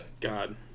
God